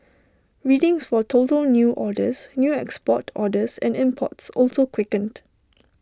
readings for total new orders new export orders and imports also quickened